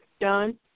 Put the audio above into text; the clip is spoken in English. done